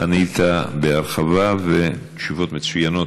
ענית בהרחבה, תשובות מצוינות.